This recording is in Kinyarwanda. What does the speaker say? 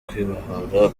kwibohora